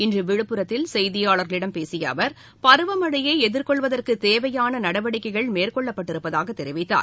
இன்று விழுப்புரத்தில் செய்தியாளர்களிடம் பேசிய அவர் பருவ மழையை எதிர்கொள்வதற்கு தேவையான நடவடிக்கைகள் மேற்கொள்ளப்பட்டிருப்பதாக தெரிவித்தார்